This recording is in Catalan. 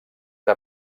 que